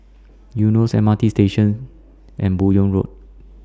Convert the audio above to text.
Eunos M R T Station and Buyong Road